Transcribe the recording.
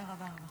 תודה רבה.